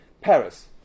Paris